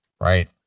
Right